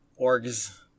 Orgs